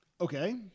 Okay